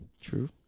true